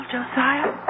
Josiah